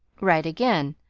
right again.